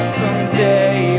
someday